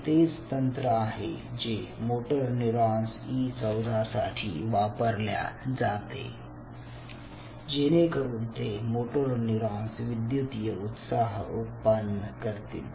हे तेच तंत्र आहे जे मोटोर न्यूरॉन्स ई14 साठी वापरल्या जाते जेणेकरून ते मोटोर न्यूरॉन्स विद्युतीय उत्साह उत्पन्न करतील